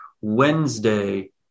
Wednesday